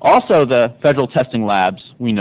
also the federal testing labs